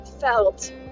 felt